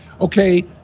okay